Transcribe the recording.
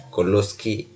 Koloski